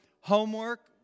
Homework